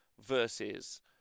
versus